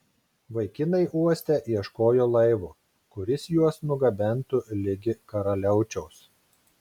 vaikinai uoste ieškojo laivo kuris juos nugabentų ligi karaliaučiaus